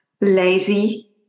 lazy